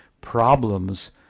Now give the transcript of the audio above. problems